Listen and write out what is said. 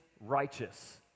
righteous